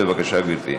בבקשה, גברתי.